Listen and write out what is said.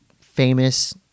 famous